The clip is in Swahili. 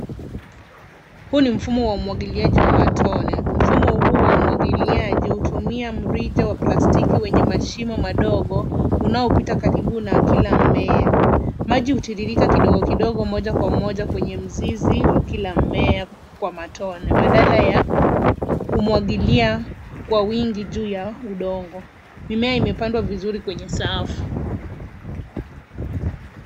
Huu ni mfumo wa umwagiliaji wa matone. Mfumo huu wa umwagiliaji hutumia mrija wa plastiki wenye mashimo madogo unaopita karibu na kila mmea. Maji hutiririka kidogo kidogo moja kwa moja kwenye mzizi wa kila mmea kwa matone badala ya kumwagilia kwa wingi juu ya udongo. Mimea imepandwa vizuri kwenye safu.